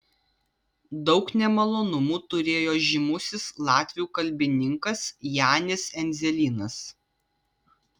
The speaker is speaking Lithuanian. daug nemalonumų turėjo žymusis latvių kalbininkas janis endzelynas